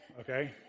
okay